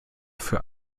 für